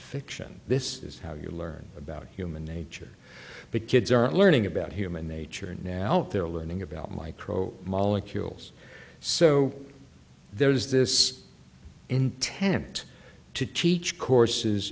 fiction this is how you learn about human nature but kids are learning about human nature and now they're learning about micro molecules so there is this intent to teach courses